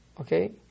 Okay